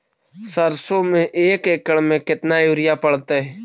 सरसों में एक एकड़ मे केतना युरिया पड़तै?